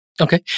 Okay